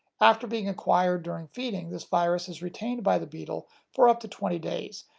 after being acquired during feeding, this virus is retained by the beetle for up to twenty days,